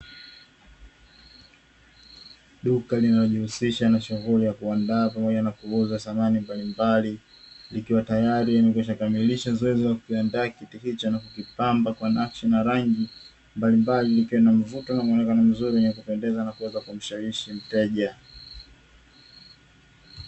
Duka linalo jihusisha na shuhuli ya kuandaa pamoja na kuuza samani mbalimbali, likiwa tayari limekwisha kamilisha zoezi la kukiandaa kiti hicho na kukipamba kwa nakshi na rangi mbalimbali, ilikiwe na mvuto na muonekano mzuri wenye kupendeza na kumshawishi mteja.